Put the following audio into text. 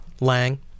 Lang